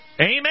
Amen